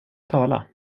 tala